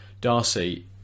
Darcy